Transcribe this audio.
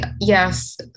yes